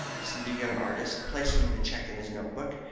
said the young artist, placing the cheque in his notebook.